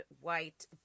white